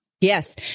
Yes